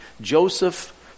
Joseph